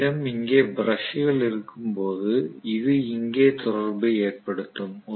நம்மிடம் இங்கே பிரஷ்கள் இருக்கும் இது இங்கே தொடர்பை ஏற்படுத்தும்